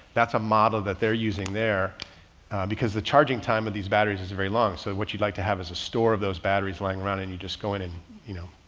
that's a model that they're using there because the charging time of these batteries is a very long, so what you'd like to have as a store of those batteries laying around and you just go in and you know,